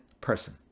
person